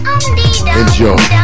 Enjoy